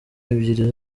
ebyiri